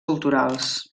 culturals